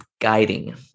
guiding